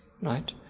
Right